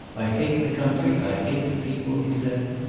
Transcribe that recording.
i hate the country, i hate the people, he said.